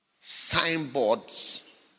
signboards